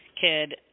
kid